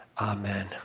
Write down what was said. Amen